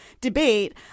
debate